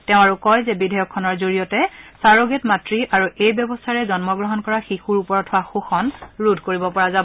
তেওঁ আৰু কয় যে বিধেয়কখনৰ জৰিয়তে ছাৰ'গেট মাতৃ আৰু এই ব্যৱস্থাৰে জন্মগ্ৰহণ কৰা শিশুৰ ওপৰত হোৱা শোষণ ৰোধ কৰিব পৰা যাব